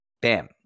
bam